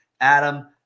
Adam